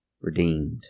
redeemed